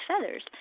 feathers